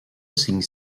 cinc